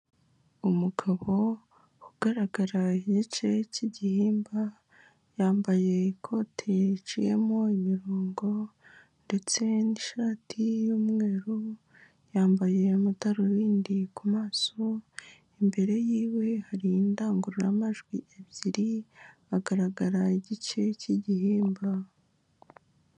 Umugabo ugaragara igice cy'igihimba yambaye ikote riciyemo imirongo ndetse n'ishati y'umweru, yambaye amadarubindi ku maso, imbere yiwe hari indangururamajwi ebyiri, agaragara igice cy'igihimba.